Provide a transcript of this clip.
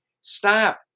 stop